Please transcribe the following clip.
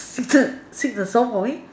secret sing a song for me